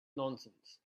nonsense